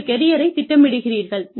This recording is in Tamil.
உங்கள் கெரியரை திட்டமிட்டீர்கள்